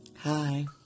Hi